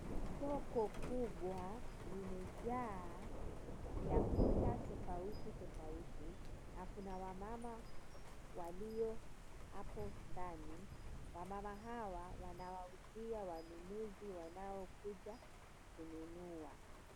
Soko kubwa limejaa vyakula tofauti tofauti na kuna wamama walio hapo ndani. Wamama hawa wanawauzia wanunuzi wanaokuja kununua.